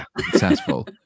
successful